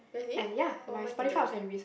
really oh mine didn't